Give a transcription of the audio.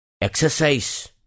Exercise